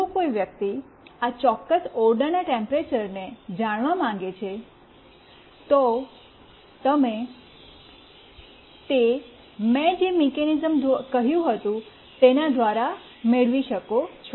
જો કોઈ વ્યક્તિ આ ચોક્કસ ઓરડાના ટેમ્પરેચર્ ને જાણવા માંગે છે તો તમે મેં જે મેકેનિઝમ કહ્યું તેના દ્વારા મેળવી શકો છો